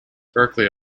berkeley